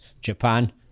Japan